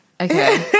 okay